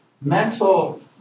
mental